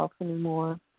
anymore